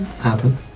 happen